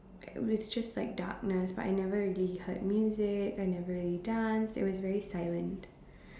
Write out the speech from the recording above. it was just like darkness but I never really heard music I never really danced it was very silent